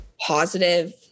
positive